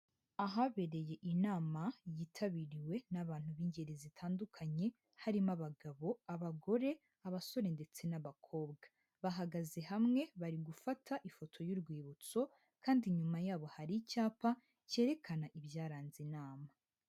Ahabereye inama yitabiriwe n'abantu b'ingeri zitandukanye, harimo abagabo, abagore, abasore ndetse n'abakobwa. Bahagaze hamwe, bari gufata ifoto y'urwibutso kandi inyuma yabo hari icyapa cyerekana ibyaranze inama.